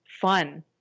fun